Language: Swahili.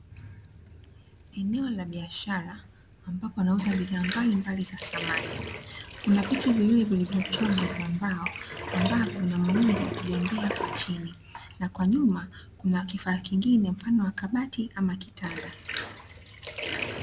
Eneo la biashara ambapo anauza bidha mbalimbali za samani. Kuna viti vilivyochongwa vya mbao, ambavyo vina muundo wa kubembea kwa chini. Na kwa nyuma kuna kifaa kingine mfano wa kabati ama kitanda.